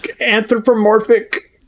anthropomorphic